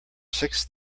six